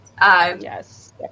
yes